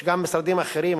יש גם משרדים אחרים,